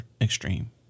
extreme